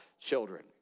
children